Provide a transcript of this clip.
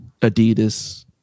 Adidas